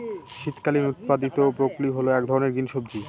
শীতকালীন উৎপাদীত ব্রোকলি হল এক ধরনের গ্রিন সবজি